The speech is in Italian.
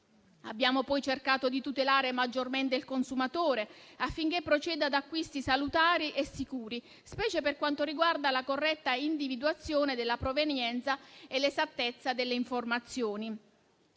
Abbiamo poi cercato di tutelare maggiormente il consumatore, affinché proceda ad acquisti salutari e sicuri, specialmente per quanto riguarda la corretta individuazione della provenienza e l'esattezza delle informazioni